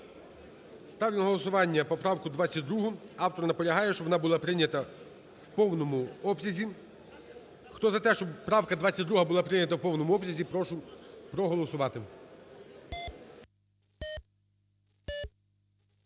Ставлю на голосування поправку 22, автор наполягає, щоб вона була прийнята в повному обсязі. Хто за те, щоб правка 22 була прийнята в повному обсязі, прошу проголосувати.